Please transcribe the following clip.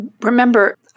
remember